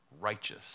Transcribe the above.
righteous